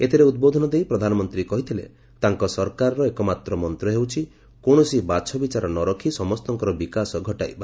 ଏଥିରେ ଉଦ୍ବୋଧନ ଦେଇ ପ୍ରଧାନମନ୍ତ୍ରୀ କହିଥିଲେ ତାଙ୍କ ସରକାରର ଏକମାତ୍ର ମନ୍ତ୍ର ହେଉଛି କୌଣସି ବାଛ ବିଚାର ନ ରଖି ସମସ୍ତଙ୍କର ବିକାଶ ଘଟାଇବା